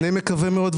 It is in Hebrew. אני מקווה מאוד,